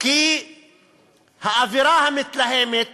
כי האווירה המתלהמת